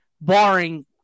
barring